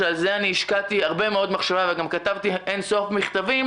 שעל זה אני השקעתי הרבה מאוד מחשבה וגם כתבתי אין-סוף מכתבים